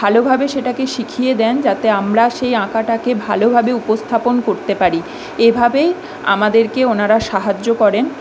ভালোভাবে সেটাকে শিখিয়ে দেন যাতে আমরা সেই আঁকাটাকে ভালোভাবে উপস্থাপন করতে পারি এভাবেই আমাদেরকে ওনারা সাহায্য করেন